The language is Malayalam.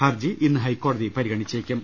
ഹർജി ഇന്ന് ഹൈക്കോടതി പരിഗണിച്ചേക്കും